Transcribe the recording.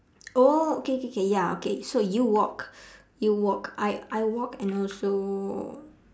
oh okay okay okay ya okay so you walk you walk I I walk and also